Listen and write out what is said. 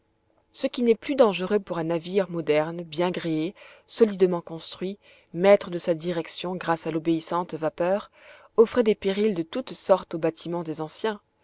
ce qui n'est plus dangereux pour un navire moderne bien gréé solidement construit maître de sa direction grâce à l'obéissante vapeur offrait des périls de toutes sortes aux bâtiments des anciens